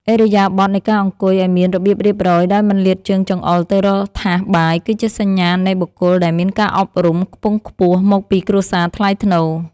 ឥរិយាបថនៃការអង្គុយឱ្យមានរបៀបរៀបរយដោយមិនលាតជើងចង្អុលទៅរកថាសបាយគឺជាសញ្ញាណនៃបុគ្គលដែលមានការអប់រំខ្ពង់ខ្ពស់មកពីគ្រួសារថ្លៃថ្នូរ។